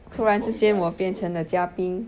突然之间我变成了嘉宾